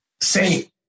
say